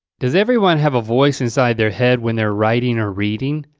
does everyone have a voice inside their head when they're writing or reading?